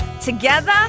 together